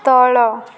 ତଳ